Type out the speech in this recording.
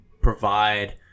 provide